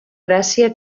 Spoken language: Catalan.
gràcia